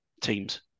teams